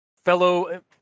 fellow